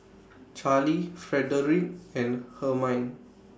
Charly Frederic and Hermine